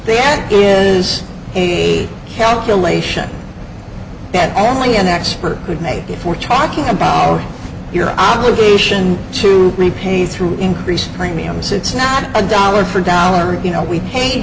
there is a calculation that only an expert could make if we're talking about our your obligation to me paid through increased premiums it's not a dollar for dollar you know we